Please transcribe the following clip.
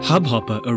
Hubhopper